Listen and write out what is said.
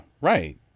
right